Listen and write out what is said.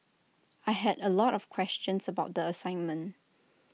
I had A lot of questions about the assignment